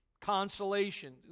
Consolation